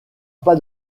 pas